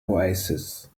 oasis